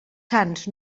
sants